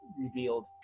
revealed